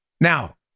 Now